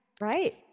Right